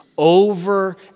over